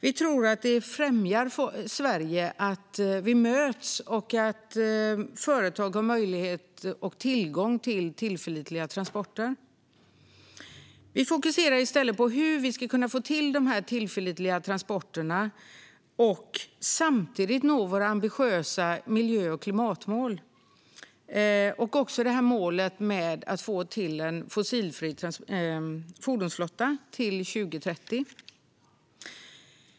Vi tror att det främjar Sverige att människor möts och att företag har möjlighet och tillgång till tillförlitliga transporter. Vi fokuserar i stället på hur vi ska kunna få till dessa tillförlitliga transporter och samtidigt nå våra ambitiösa miljö och klimatmål. Det handlar också om målet om en fossilfri fordonsflotta till 2030.